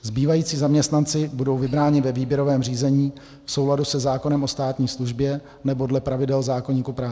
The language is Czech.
Zbývající zaměstnanci budou vybráni ve výběrovém řízení v souladu se zákonem o státní službě nebo dle pravidel zákoníku práce.